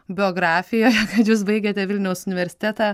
biografijoje kad jūs jūs baigėte vilniaus universitetą